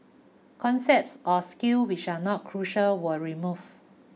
concepts or skills which are not crucial were removed